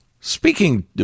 Speaking